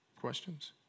Questions